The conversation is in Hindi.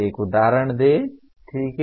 एक उदाहरण दें ठीक है